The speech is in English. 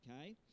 okay